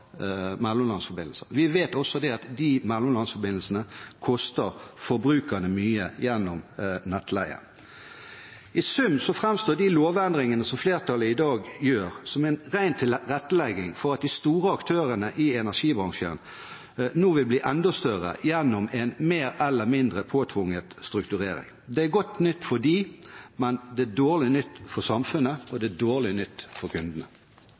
mellomlandsforbindelser. Vi vet også at de mellomlandsforbindelsene koster forbrukerne mye gjennom nettleie. I sum framstår de lovendringene som flertallet i dag gjør, som en ren tilrettelegging for at de store aktørene i energibransjen nå vil bli enda større gjennom en mer eller mindre påtvunget strukturering. Det er godt nytt for dem, men det er dårlig nytt for samfunnet, og det er dårlig nytt for kundene.